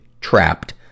trapped